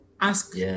ask